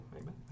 amen